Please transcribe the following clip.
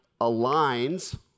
aligns